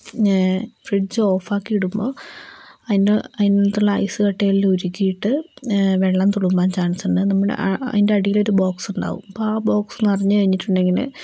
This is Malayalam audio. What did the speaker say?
പിന്നെ ഫ്രിഡ്ജ് ഓഫാക്കിയിടുമ്പോൾ അതിൻ്റെ അതിനകത്തുള്ള ഐസ് കട്ടയെല്ലാം ഉരുകിയിട്ട് വെള്ളം തുളുമ്പാൻ ചാൻസ് ഉണ്ട് നമ്മൾ അതിൻ്റെ അടിയിലൊരു ബോക്സ് ഉണ്ടാവും അപ്പോൾ ആ ബോക്സ് നിറഞ്ഞു കഴിഞ്ഞിട്ടുണ്ടെങ്കിൽ